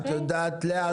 את יודעת לא,